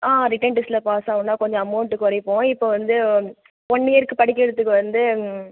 ஆ return டெஸ்ட்டில் pass ஆனால் கொஞ்சம் அமௌன்ட் குறைப்போம் இப்போ வந்து ஒன் இயர்க்கு படிக்கிறதுக்கு வந்து